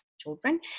children